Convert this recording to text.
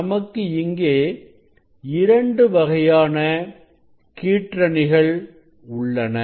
நமக்கு இங்கே இரண்டு வகையான கீற்றணிகள் உள்ளன